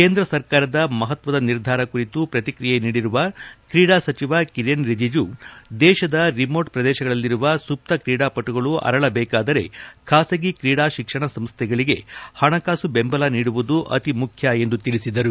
ಕೇಂದ್ರ ಸರ್ಕಾರದ ಮಹತ್ವದ ನಿರ್ಧಾರ ಕುರಿತು ಪ್ರತಿಕ್ರಿಯೆ ನೀಡಿರುವ ಕ್ರೀಡಾ ಸಚಿವ ಕಿರೆನ್ ರಿಜಿಜು ದೇಶದ ರಿಮೋಟ್ ಪ್ರದೇಶಗಳಲ್ಲಿರುವ ಸುಪ್ತ ಕ್ರೀಡಾಪಟುಗಳು ಅರಳಬೇಕಾದರೆ ಖಾಸಗಿ ಕ್ರೀಡಾ ಶಿಕ್ಷಣ ಸಂಸ್ಥೆಗಳಿಗೆ ಹಣಕಾಸು ಬೆಂಬಲ ನೀಡುವುದು ಅತೀ ಮುಖ್ಯ ಎಂದು ತಿಳಿಸಿದರು